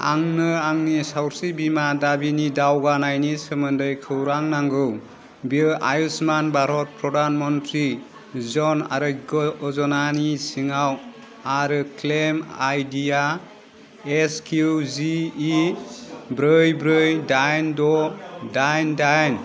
आंनो आंनि सावस्रि बीमा दाबिनि दावगानायनि सोमोन्दै खौरां नांगौ बियो आयुष्मान भारत प्रधान मन्त्रि जन आरग्य यजनानि सिङाव आरो क्लेम आइदि या एसकिउजिइ ब्रै ब्रै दाइन द' दाइन दाइन